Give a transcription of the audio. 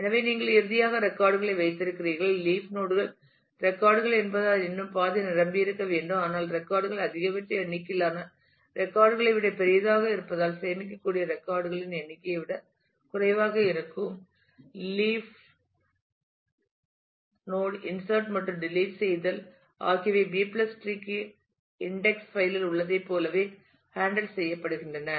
எனவே நீங்கள் இறுதியாக ரெக்கார்ட் களை வைத்திருக்கிறீர்கள் லீப் நோட் கள் ரெக்கார்ட் கள் என்பதால் இன்னும் பாதி நிரம்பியிருக்க வேண்டும் ஆனால் ரெக்கார்ட் கள் அதிகபட்ச எண்ணிக்கையிலான ரெக்கார்ட் களை விட பெரியதாக இருப்பதால் சேமிக்கக்கூடிய ரெக்கார்ட் களின் எண்ணிக்கையை விட குறைவாக இருக்கும் லீப் நோட் இன்சர்ட் மற்றும் டெலிட் செய்தல் ஆகியவை B டிரீB tree க்கு இன்டெக்ஸ் பைல் இல் உள்ளதைப் போலவே ஹேண்டில் செய்யப்படுகின்றன